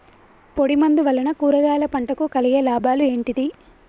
పొడిమందు వలన కూరగాయల పంటకు కలిగే లాభాలు ఏంటిది?